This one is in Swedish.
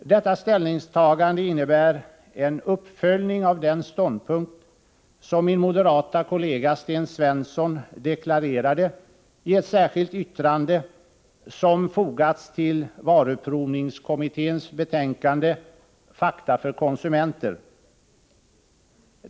Detta ställningstagande innebär en uppföljning av den ståndpunkt som min kollega i moderata samlingspartiet Sten Svensson deklarerade i ett särskilt yttrande som fogats till varuprovningskommitténs betänkande Fakta för konsumenter .